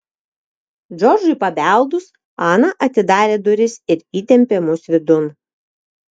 džordžui pabeldus ana atidarė duris ir įtempė mus vidun